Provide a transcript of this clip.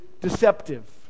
deceptive